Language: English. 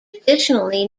additionally